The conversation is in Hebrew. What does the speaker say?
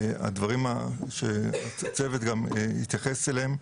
הדברים שהצוות גם התייחס אליהם,